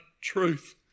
truth